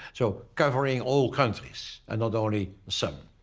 so covering all countries and not only some.